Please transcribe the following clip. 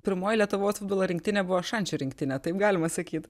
pirmoji lietuvos futbolo rinktinė buvo šančių rinktinė taip galima sakyt